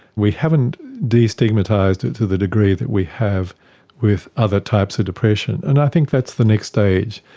we haven't destigmatised it to the degree that we have with other types of depression, and i think that's the next stage.